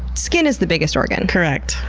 skin is the biggest organ. correct.